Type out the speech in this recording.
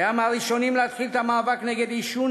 הוא היה מהראשונים שהתחילו את המאבק נגד עישון,